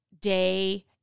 day